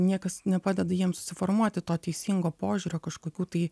niekas nepadeda jiem susiformuoti to teisingo požiūrio kažkokių tai